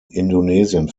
indonesien